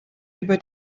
über